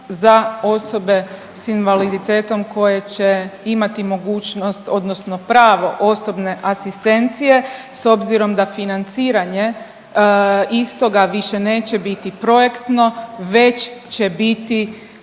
za osobe s invaliditetom koje će imati mogućnost, odnosno pravo osobne asistencije s obzirom da financiranje istoga više neće biti projektno, već će biti